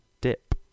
Dip